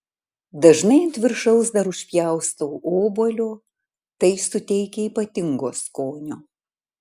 dažnai ant viršaus dar užpjaustau obuolio tai suteikia ypatingo skonio